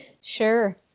Sure